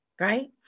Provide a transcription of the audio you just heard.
right